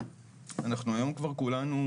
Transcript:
לימים הפכתי להיות מטפל,